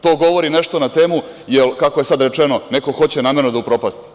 To govori nešto na temu, jer kako je sada rečeno, neko hoće namerno da upropasti.